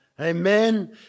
Amen